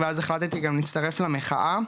ואז החלטתי גם להצטרף למחאה.